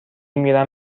میرم